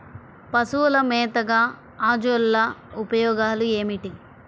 పశువుల మేతగా అజొల్ల ఉపయోగాలు ఏమిటి?